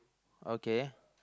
okay